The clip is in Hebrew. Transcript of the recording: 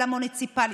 של המוניציפלי.